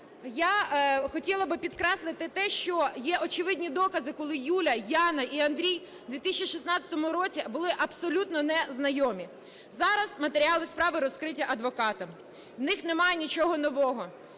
Я хотіла би підкреслити те, що є очевидні докази, коли Юля, Яна і Андрій в 2016 році були абсолютно не знайомі. Зараз матеріали справи розкриті адвокатом. В них немає нічого нового.